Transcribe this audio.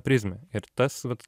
prizmę ir tas vat